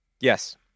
Yes